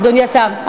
אדוני השר,